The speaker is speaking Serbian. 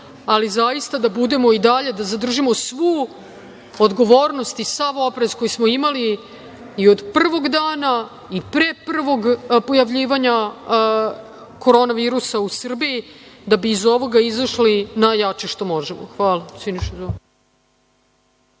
Ali, zaista da budemo i dalje, da zadržimo svu odgovornost i sav oprez koji smo imali i od prvog dana i pre prvog pojavljivanja Korona virusa u Srbiji, da bi iz ovoga izašli najjači što možemo. Hvala.